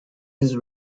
his